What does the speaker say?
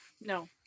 No